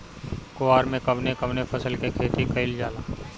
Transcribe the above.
कुवार में कवने कवने फसल के खेती कयिल जाला?